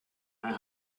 and